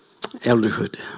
elderhood